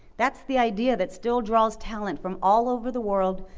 that's the idea that still draws talent from all over the world,